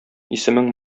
исемең